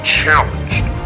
challenged